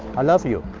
i love you.